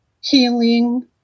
healing